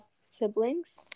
siblings